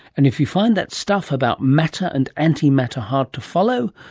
and if you find that stuff about matter and antimatter hard to follow,